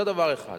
זה דבר אחד.